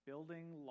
building